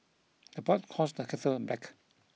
the pot calls the kettle black